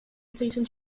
seaton